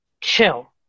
chill